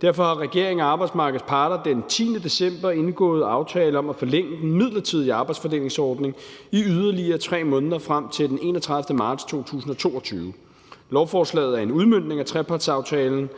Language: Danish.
Derfor har regeringen og arbejdsmarkedets parter den 10. december indgået aftale om at forlænge den midlertidige arbejdsfordelingsordning i yderligere 3 måneder frem til den 31. marts 2022. Lovforslaget er en udmøntning af trepartsaftalen,